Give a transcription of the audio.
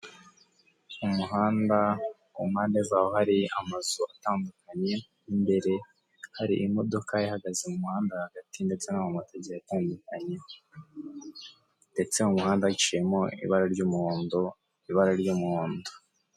Umuhanda ku mpande zawo hari amazu atandukanye imbere hari imodoka yahagaze hagati ndetse n'amamoto agiye atanduknaye ndetse mu muhanda haciyemo umuronko hagati